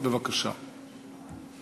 בבקשה.